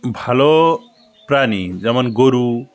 ভালো প্রাণী যেমন গরু